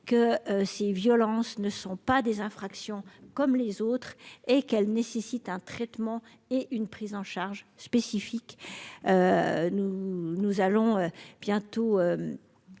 que ces violences ne sont pas des infractions comme les autres et qu'elle nécessite un traitement et une prise en charge spécifique. Nous, nous allons bientôt.